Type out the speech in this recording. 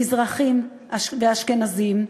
מזרחים ואשכנזים,